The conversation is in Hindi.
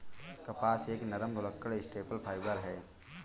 कपास एक नरम, भुलक्कड़ स्टेपल फाइबर है